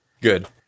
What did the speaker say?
Good